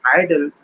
idol